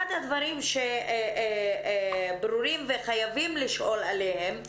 אחד הדברים שברורים וחייבים לשאול עליהם,